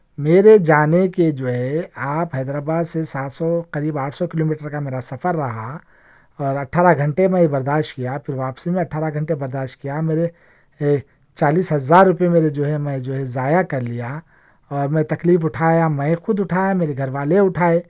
میرے جانے کے جو ہے آپ حیدرآباد سے سات سو قریب آٹھ سو کلو میٹر کا میرا سفر رہا اور اٹھارہ گھنٹے میں یہ برداشت کیا پھر واپسی میں اٹھارہ گھنٹے برداشت کیا میرے چالیس ہزار روپے میرے جو ہے میں جو ہے ضائع کرلیا اور میں تکلیف اٹھایا میں خود اٹھایا میرے گھر والے اٹھائے